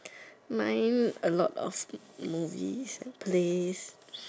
mine a lot of movies plays